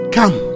come